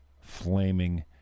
flaming